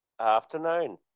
afternoon